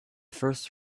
first